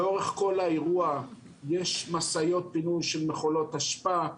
לאורך כל האירוע יש משאיות פינוי של מכולות אשפה,